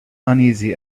uneasy